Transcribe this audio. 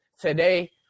today